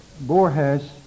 Borges